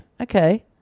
Okay